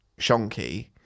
shonky